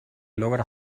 logra